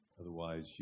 Otherwise